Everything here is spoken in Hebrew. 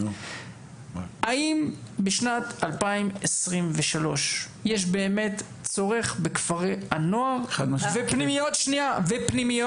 האם בשנת 2023 יש באמת צורך בכפרי הנוער ופנימיות